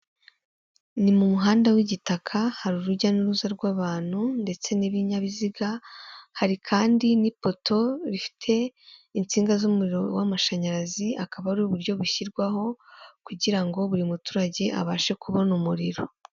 Ni mu muhanda w'igitaka, hari urujya n'uruza rw'abantu ndetse n'ibinyabiziga, hari kandi n'ipoto bifite insinga z'umuriro w'amashanyarazi, akaba ari uburyo bushyirwaho kugira ngo buri muturage abashe kubona umuriro.